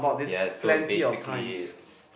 yeah so basically it's